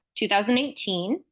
2018